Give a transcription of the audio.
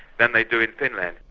than they do in finland.